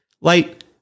light